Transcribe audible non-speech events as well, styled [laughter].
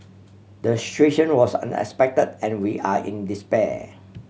the [unintelligible] was unexpected and we are in despair